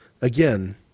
Again